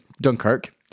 Dunkirk